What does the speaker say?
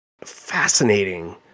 fascinating